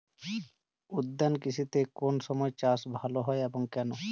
উদ্যান কৃষিতে কোন সময় চাষ ভালো হয় এবং কেনো?